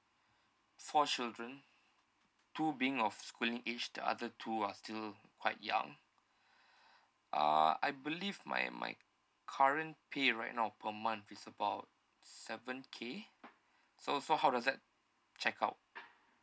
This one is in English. four children two being of schooling age the other two are still quite young uh I believe my my current pay right now per month is about seven K so so how does that check out